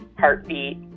heartbeat